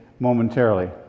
momentarily